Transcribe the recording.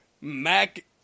Mac